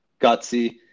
gutsy